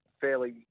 fairly